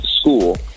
school